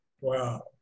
Wow